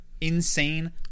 insane